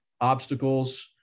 obstacles